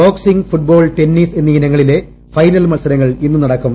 boxing football tennis എന്നീ ഇനങ്ങളിലെ final മത്സരങ്ങൾ ഇന്ന് നടക്കും